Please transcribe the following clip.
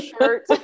shirt